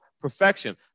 perfection